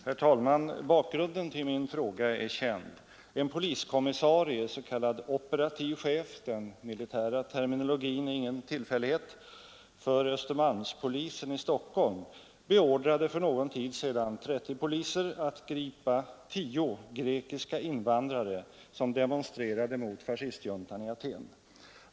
Herr talman! Bakgrunden till min fråga är känd. En poliskommissarie, s.k. operativ chef — den militära terminologin är ingen tillfällighet — för Östermalmspolisen i Stockholm, beordrade för någon tid sedan 30 poliser att gripa 10 grekiska invandrare, som demonstrerade mot fascistjuntan i Aten.